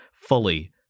fully